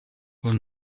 will